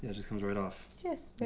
it just comes right off yes.